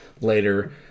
later